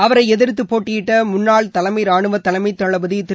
அவரை எதிர்த்துப்போட்டியிட்ட முன்னாள் தலைமை ரானுவ தலைமை தளபதி திரு